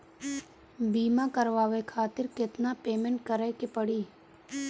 बीमा करावे खातिर केतना पेमेंट करे के पड़ी?